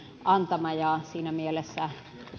antama ja siinä mielessä